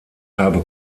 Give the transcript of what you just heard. habe